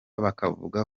bakavuga